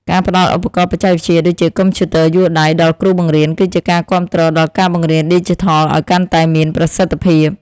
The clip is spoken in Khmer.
ការផ្តល់ឧបករណ៍បច្ចេកវិទ្យាដូចជាកុំព្យូទ័រយួរដៃដល់គ្រូបង្រៀនគឺជាការគាំទ្រដល់ការបង្រៀនឌីជីថលឱ្យកាន់តែមានប្រសិទ្ធភាព។